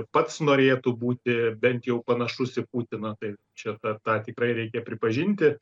pats norėtų būti bent jau panašus į putiną tai čia tą tą tikrai reikia pripažinti